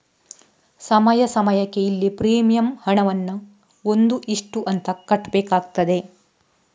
ಸಮಯ ಸಮಯಕ್ಕೆ ಇಲ್ಲಿ ಪ್ರೀಮಿಯಂ ಹಣವನ್ನ ಒಂದು ಇಷ್ಟು ಅಂತ ಕಟ್ಬೇಕಾಗ್ತದೆ